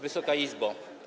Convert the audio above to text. Wysoka Izbo!